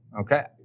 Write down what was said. okay